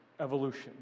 evolution